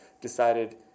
decided